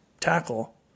tackle